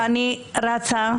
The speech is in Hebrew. ואני רצה.